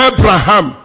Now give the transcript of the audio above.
Abraham